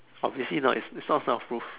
obviously it's not it's not soundproof